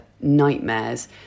nightmares